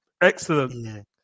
Excellent